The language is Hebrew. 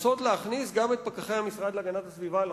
להכניס גם את פקחי המשרד להגנת הסביבה לחוק,